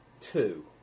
two